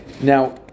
Now